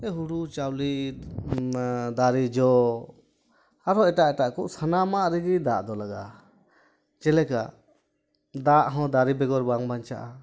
ᱦᱩᱲᱩ ᱪᱟᱣᱞᱮ ᱫᱟᱨᱮ ᱡᱚ ᱟᱨᱚᱦᱚᱸ ᱮᱴᱟᱜ ᱮᱴᱟᱜ ᱠᱚ ᱥᱟᱱᱟᱢᱟᱜ ᱨᱮᱜᱮ ᱫᱟᱜ ᱫᱚ ᱞᱟᱜᱟᱜᱼᱟ ᱡᱮᱞᱮᱠᱟ ᱫᱟᱜ ᱦᱚᱸ ᱫᱟᱨᱮ ᱵᱮᱜᱚᱨ ᱵᱟᱝ ᱵᱟᱧᱪᱟᱜᱼᱟ